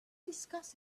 discuss